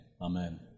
amen